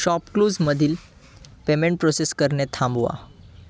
शॉपक्लूजमधील payment process करणे थांबवा